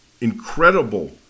incredible